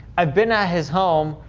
i've been at his home,